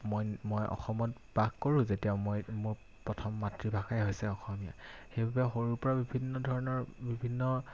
মই মই অসমত বাস কৰোঁ যেতিয়া মই মোৰ প্ৰথম মাতৃভাষাই হৈছে অসমীয়া সেইবাবে সৰুৰ পৰা বিভিন্ন ধৰণৰ বিভিন্ন